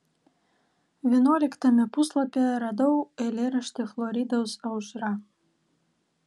vienuoliktame puslapyje radau eilėraštį floridos aušra